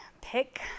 pick